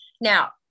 now